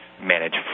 manage